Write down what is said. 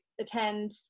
Attend